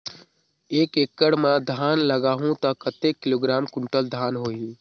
एक एकड़ मां धान लगाहु ता कतेक किलोग्राम कुंटल धान होही?